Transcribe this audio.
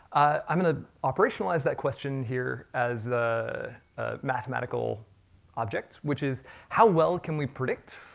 i'm going to operationalize that question here, as a mathematical object, which is how well can we predict,